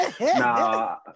Nah